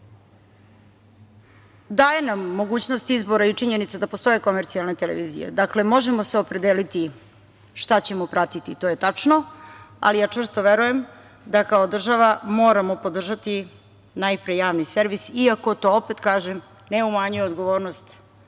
daje nam mogućnost izbora i činjenica da postoje komercijalne televizije. Dakle, možemo se opredeliti šta ćemo pratiti, to je tačno, ali ja čvrsto verujem da kao država moramo podržati najpre javni servis iako to, opet kažem, ne umanjuje odgovornost